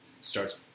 starts